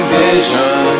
vision